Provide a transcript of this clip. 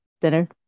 dinner